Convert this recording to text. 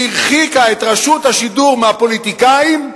שהרחיקה את רשות השידור מהפוליטיקאים,